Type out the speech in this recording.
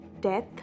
death